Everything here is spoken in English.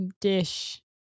dish